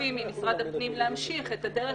אנחנו מבקשים ממשרד הפנים להמשיך את הדרך